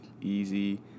easy